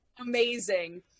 amazing